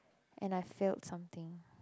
and I failed something